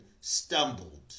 stumbled